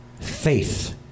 faith